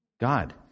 God